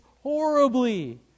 horribly